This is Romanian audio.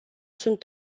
sunt